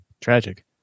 tragic